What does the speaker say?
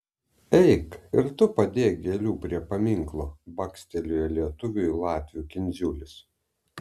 eik ir tu padėk gėlių prie paminklo bakstelėjo lietuviui latvių kindziulis